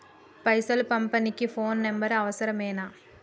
పైసలు పంపనీకి phone number అవసరమేనా?